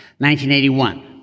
1981